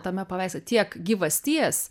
tame paveiksle tiek gyvasties